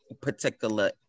particular